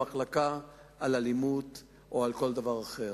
למחלקה על אלימות או על כל דבר אחר.